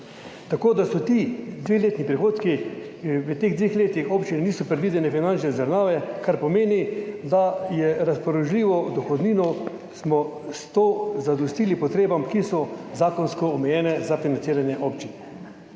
2024 in 2025, dveletni prihodki. V teh dveh letih za občine niso predvidene finančne izravnave, kar pomeni, da smo s to razpoložljivo dohodnino zadostili potrebam, ki so zakonsko omejene za financiranje občin.